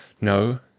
No